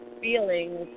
feelings